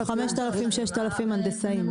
5,000-6,000 הנדסאים לפי המספרים.